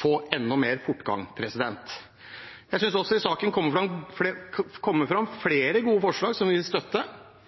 få enda mer fortgang. Jeg synes også det i saken kommer fram flere gode forslag som vi vil støtte,